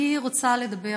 אני רוצה לדבר,